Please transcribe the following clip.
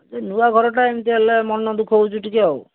ଏ ନୂଆ ଘରଟା ଏମିତି ହେଲେ ମନ ଦୁଃଖ ହେଉଛି ଟିକିଏ ଆଉ